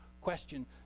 question